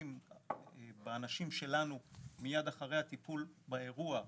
באנשים שלנו מיד אחרי הטיפול באירוע,